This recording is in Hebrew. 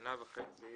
כשנה וחצי